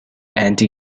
anti